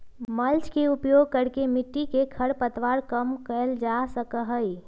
mulch के प्रयोग करके मिट्टी में खर पतवार कम कइल जा सका हई